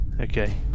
Okay